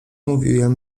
mówiłem